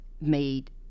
made